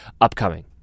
upcoming